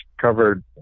covered